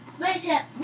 Spaceship